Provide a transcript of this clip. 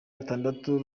atandatu